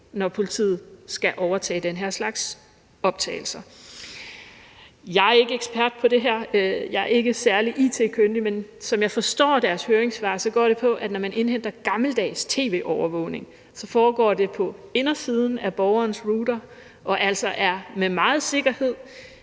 når politiet skal overtage den her slags optagelser. Jeg er ikke ekspert i det her, jeg er ikke særlig it-kyndig, men som jeg forstår deres høringssvar, går det på, at når man indhenter gammeldags tv-overvågning, foregår det på indersiden af borgerens router og er altså med meget sikkerhed.